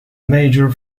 major